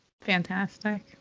fantastic